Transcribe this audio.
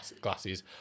glasses